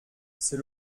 c’est